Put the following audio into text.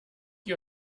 you